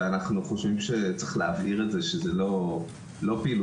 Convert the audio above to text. ואנחנו חושבים שצריך להבהיר שזו לא פעילות